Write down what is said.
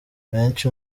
benshi